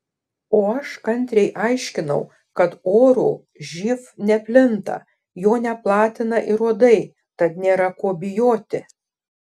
o aš kantriai aiškinau kad oru živ neplinta jo neplatina ir uodai tad nėra ko bijoti